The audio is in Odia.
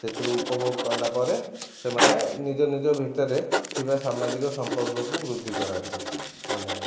ସେଥିରୁ ଉପଭୋଗ କଲାପରେ ସେମାନେ ନିଜନିଜ ଭିତରେ ଥିବା ସମାଜିକ ସମ୍ପର୍କକୁ ବୃଦ୍ଧି କରାନ୍ତି ଧନ୍ୟବାଦ